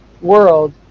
world